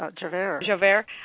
Javert